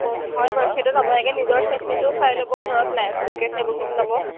হয় বাৰু সেইটোত আপোনালে নিজৰ চেফটিটো চাই ল'ব ধৰক লাইফ জেকেট সেইবোৰ পিন্ধি ল'ব